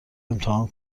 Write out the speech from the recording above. امتحان